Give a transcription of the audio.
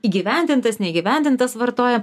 įgyvendintas neįgyvendintas vartojam